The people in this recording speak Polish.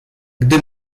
gdy